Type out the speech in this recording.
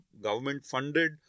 government-funded